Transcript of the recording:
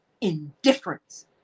Indifference